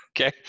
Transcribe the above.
Okay